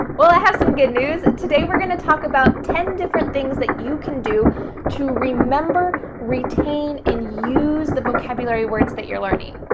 well, i have some good news. today we're gonna talk about ten different things that you can do to remember, retain and use the vocabulary words that you're learning.